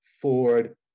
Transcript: ford